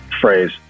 phrase